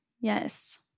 Yes